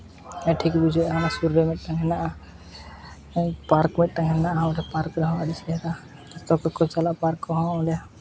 ᱴᱷᱤᱠ ᱵᱩᱡᱷᱟᱹᱜᱼᱟ ᱚᱱᱟ ᱥᱩᱨ ᱨᱮ ᱢᱤᱫᱴᱟᱱ ᱦᱮᱱᱟᱜᱼᱟ ᱯᱟᱨᱠ ᱢᱤᱫᱴᱟᱝ ᱦᱮᱱᱟᱜᱼᱟ ᱚᱸᱰᱮ ᱯᱟᱨᱠ ᱨᱮ ᱦᱚᱱ ᱟᱹᱰᱤ ᱥᱩᱵᱤᱫᱟ ᱡᱚᱛᱚ ᱜᱮᱠᱚ ᱪᱟᱞᱟᱜᱼᱟ ᱯᱟᱨᱠ ᱠᱚ ᱦᱚᱸ ᱚᱸᱰᱮ